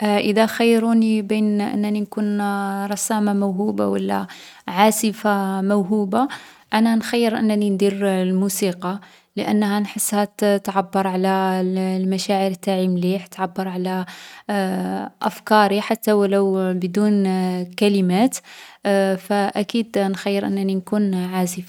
إذا خيروني بين أنني نكون رسامة موهوبة و لا عازفة موهوبة، أنا نخيّر أنني ندير الموسيقى، لأنها نحسها تعبّر على المشاعر نتاعي مليح، تعبّر على أفكاري حتى و لو بدون كلمات. فأكيد نخيّر أنني نكون عازفة.